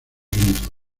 unidos